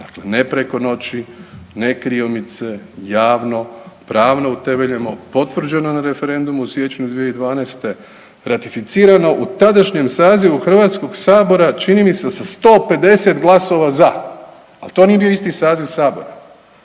Dakle, ne preko noći, ne kriomice, javno, pravno utemeljeno, potvrđeno na referendumu u siječnju 2012. Ratificirano u tadašnjem sazivu Hrvatskog sabora čini mi se sa 150 glasova za. Ali to nije bio isti saziv Sabora.